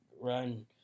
Run